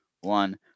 one